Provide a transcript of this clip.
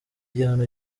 gihano